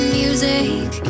music